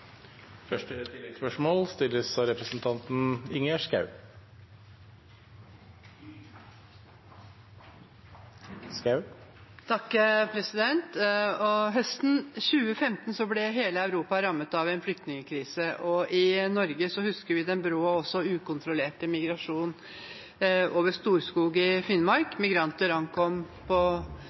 Høsten 2015 ble hele Europa rammet av en flyktningkrise, og i Norge husker vi den brå og også ukontrollerte migrasjonen over Storskog i Finnmark. Migranter ankom på